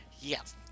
yes